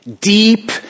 deep